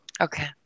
Okay